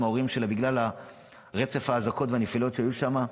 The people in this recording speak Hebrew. ההורים שלה בגלל רצף האזעקות והנפילות שהיו שם,